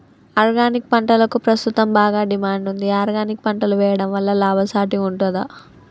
Organic పంటలకు ప్రస్తుతం బాగా డిమాండ్ ఉంది ఆర్గానిక్ పంటలు వేయడం వల్ల లాభసాటి ఉంటుందా?